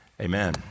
Amen